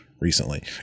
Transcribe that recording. recently